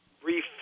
brief